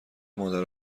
مادر